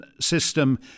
system